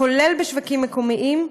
כולל בשווקים מקומיים,